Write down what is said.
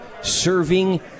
serving